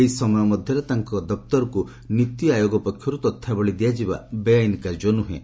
ଏହି ସମୟ ମଧ୍ୟରେ ତାଙ୍କ ଦପ୍ତରକୁ ନୀତି ଆୟୋଗ ପକ୍ଷରୁ ତଥ୍ୟାବଳୀ ଦିଆଯିବା ବେଆଇନ୍ କାର୍ଯ୍ୟ ନୁହେଁ